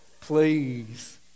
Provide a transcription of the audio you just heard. please